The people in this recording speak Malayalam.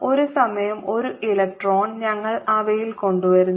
ഒരു സമയം ഒരു ഇലക്ട്രോൺ ഞങ്ങൾ അവയിൽ കൊണ്ടുവരുന്നു